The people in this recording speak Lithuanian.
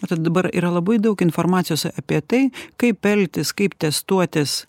matot dabar yra labai daug informacijos apie tai kaip elgtis kaip testuotis